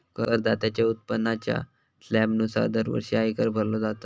करदात्याच्या उत्पन्नाच्या स्लॅबनुसार दरवर्षी आयकर भरलो जाता